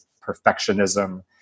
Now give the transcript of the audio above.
perfectionism